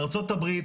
בארצות הברית